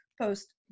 post